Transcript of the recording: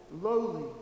lowly